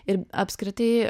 ir apskritai